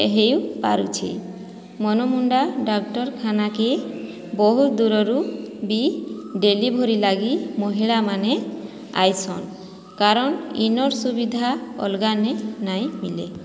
ହେଇ ପାରୁଛେ ମନମୁଣ୍ଡା ଡାକ୍ଟରଖାନାକେ ବହୁତ୍ ଦୂରରୁ ବି ଡେଲିଭରି ଲାଗି ମହିଳାମାନେ ଆଇସନ କାରଣ୍ ଇନର୍ ସୁବିଧା ଅଲ୍ଗାନେ ନାଇଁ ମିଲେ